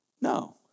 No